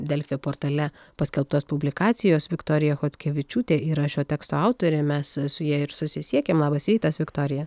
delfi portale paskelbtos publikacijos viktorija chockevičiūtė yra šio teksto autorė mes su ja ir susisiekėm labas rytas viktorija